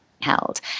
held